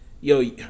Yo